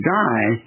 die